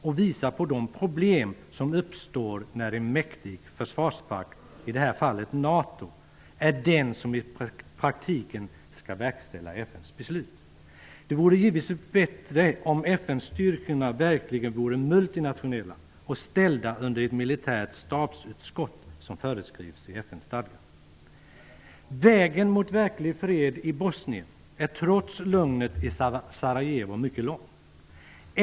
Den visar på de problem som uppstår när en mäktig försvarspakt, i det här fallet NATO, är den som i praktiken skall verkställa FN:s beslut. Det vore givetvis bättre om FN-styrkorna verkligen vore multinationella och ställda under ett militärt stabsutskott, som det föreskrivs i FN-stadgan. Vägen mot verklig fred i Bosnien är trots lugnet i Sarajevo mycket lång.